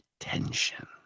attention